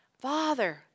Father